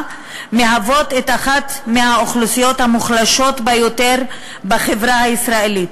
הן אחת מהאוכלוסיות המוחלשות ביותר בחברה הישראלית.